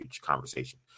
conversation